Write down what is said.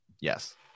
yes